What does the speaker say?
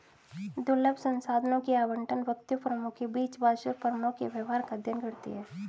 दुर्लभ संसाधनों के आवंटन, व्यक्तियों, फर्मों के बीच बातचीत, फर्मों के व्यवहार का अध्ययन करती है